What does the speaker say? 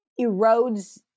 erodes